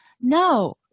No